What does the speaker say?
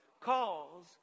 calls